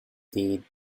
did